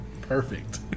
Perfect